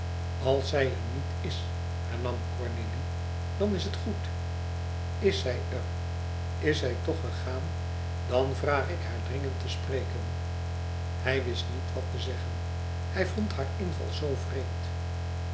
als zij er niet is hernam cornélie dan is het goed is zij er is zij toch gegaan dan vraag ik haar dringend te spreken hij wist niet wat te zeggen hij vond haar inval zoo vreemd